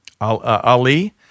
Ali